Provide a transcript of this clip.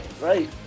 Right